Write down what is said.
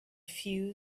few